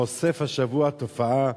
חושף השבוע תופעה: